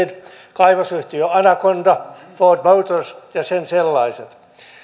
kaivosyhtiö anaconda ford motors ja sen sellaiset